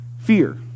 fear